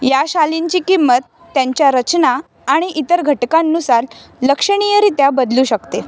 या शालींची किंमत त्यांच्या रचना आणि इतर घटकांनुसार लक्षणीय रित्या बदलू शकते